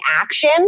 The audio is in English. action